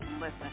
listen